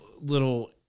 little